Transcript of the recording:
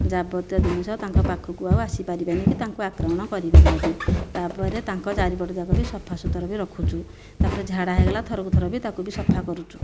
ଯାବତୀୟ ଜିନିଷ ତାଙ୍କ ପାଖକୁ ଆଉ ଆସି ପାରିବେନି କି ତାଙ୍କୁ ଆକ୍ରମଣ କରିପାରିବେନି ତା'ପରେ ତାଙ୍କ ଚାରିପଟ ଯାକ ବି ସଫା ସୁତରା ରଖିଛୁ ତା'ପରେ ଝାଡ଼ା ହୋଇଗଲା ଥରକୁ ଥର ବି ତାକୁ ସଫା କରୁଛୁ